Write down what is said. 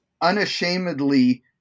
unashamedly –